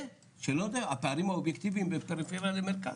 והפערים האובייקטיביים בין הפריפריה למרכז.